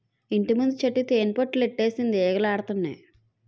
ఇంటిముందు చెట్టుకి తేనిపట్టులెట్టేసింది ఈగలాడతన్నాయి